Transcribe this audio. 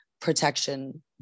protection